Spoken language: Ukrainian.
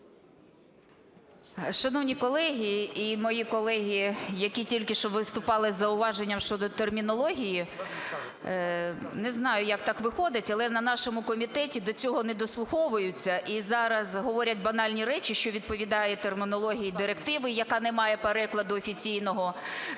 Шановні колеги і мої колеги, які тільки що виступали із зауваженням щодо термінології! Не знаю, як так виходить, але на нашому комітеті до цього не дослуховуються і зараз говорять банальні речі, що відповідає термінології директиви, яка не має перекладу, офіційного, директиви,